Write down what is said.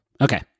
Okay